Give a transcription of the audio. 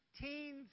teens